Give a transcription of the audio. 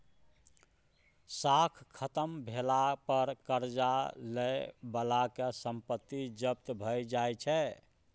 साख खत्म भेला पर करजा लए बलाक संपत्ति जब्त भए जाइ छै